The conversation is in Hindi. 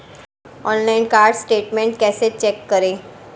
ऑनलाइन कार्ड स्टेटमेंट कैसे चेक करें?